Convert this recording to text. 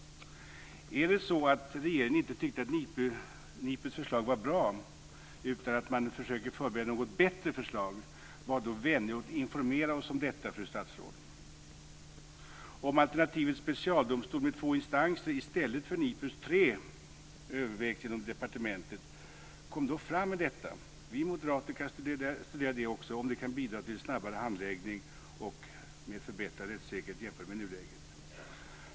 Är det så att regeringen inte tyckte att NIPU:s förslag var bra utan att man försöker förbereda något bättre förslag? Var då vänlig och informera oss om detta, fru statsråd. Om alternativet med specialdomstol med två instanser i stället för NIPU:s tre övervägs inom departementet kom då fram med detta. Vi moderater kan studera det också om det kan bidra till en snabbare handläggning och förbättrad rättssäkerhet jämfört med nuläget.